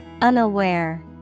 Unaware